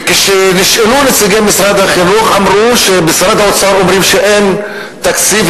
וכשנשאלו נציגי משרד החינוך הם אמרו שמשרד האוצר אומר שאין תקציב,